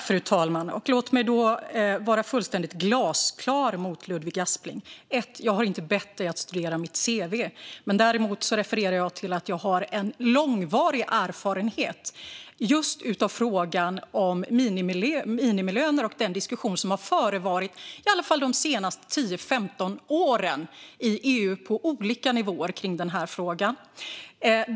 Fru talman! Låt mig vara fullständigt glasklar mot Ludvig Aspling. Jag har inte bett dig att studera mitt cv. Däremot refererade jag till att jag har en lång erfarenhet av frågan om minimilöner och den diskussion om frågan som har förevarit åtminstone de senaste 10-15 åren på olika nivåer i EU.